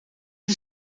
een